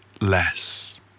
less